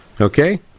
Okay